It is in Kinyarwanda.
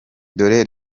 dore